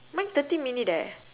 mine thirty minute eh